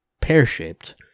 pear-shaped